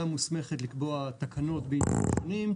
מוסמכת לקבוע תקנות בתחומים שונים,